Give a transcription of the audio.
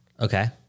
Okay